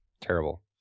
Terrible